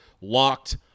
locked